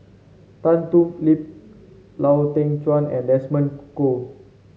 Tan Thoon Lip Lau Teng Chuan and Desmond Kon